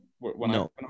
No